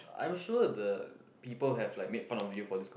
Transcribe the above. I'm sure the people have like made fun of you for this